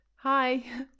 hi